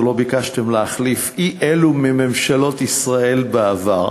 לא ביקשתם להחליף אי-אלו מממשלות ישראל בעבר.